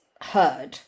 heard